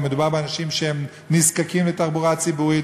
מדובר באנשים שנזקקים לתחבורה ציבורית.